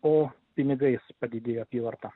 o pinigais padidėjo apyvarta